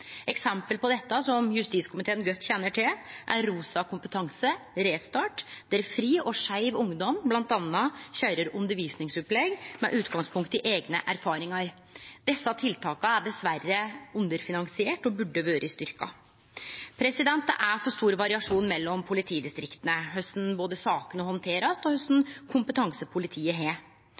Eksempel på dette, som justiskomiteen kjenner godt til, er Rosa kompetanse og Restart, der FRI og Skeiv Ungdom bl.a. køyrer undervisningsopplegg med utgangspunkt i eigne erfaringar. Desse tiltaka er dessverre underfinansierte og burde ha vore styrkte. Det er for stor variasjon mellom politidistrikta når det gjeld både korleis sakene blir handterte, og kva slags kompetanse politiet har.